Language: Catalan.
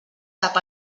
sap